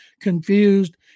confused